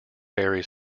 ferry